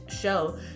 show